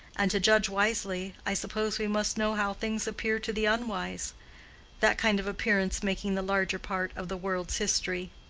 and to judge wisely, i suppose we must know how things appear to the unwise that kind of appearance making the larger part of the world's history.